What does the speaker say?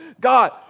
God